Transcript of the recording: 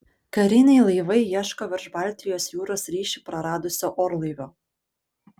kariniai laivai ieško virš baltijos jūros ryšį praradusio orlaivio